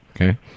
Okay